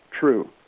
true